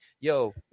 Yo